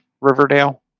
riverdale